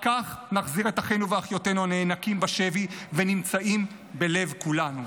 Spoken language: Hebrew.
רק כך נחזיר את אחינו ואחיותינו הנאנקים בשבי ונמצאים בלב כולנו,